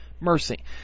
mercy